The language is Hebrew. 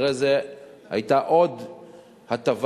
אחרי זה היתה עוד הטבה,